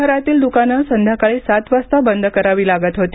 शहरातील दुकानं संध्याकाळी सात वाजता बंद करावी लागत होती